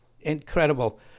Incredible